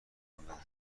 بندازم